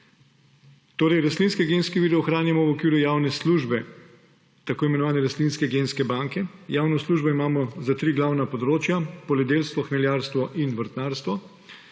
vire. Rastlinske genske vire ohranjamo v okviru javne službe, tako imenovane rastlinske genske banke. Javno službo imamo za tri glavna področja – poljedelstvo, hmeljarstvo in vrtnarstvo.